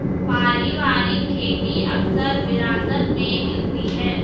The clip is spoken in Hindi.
पारिवारिक खेती अक्सर विरासत में मिलती है